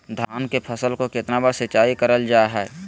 धान की फ़सल को कितना बार सिंचाई करल जा हाय?